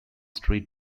street